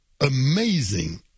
amazing